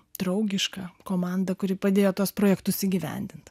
draugiška komanda kuri padėjo tuos projektus įgyvendint